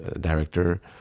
director